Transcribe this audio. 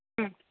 ഉം